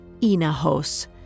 Inahos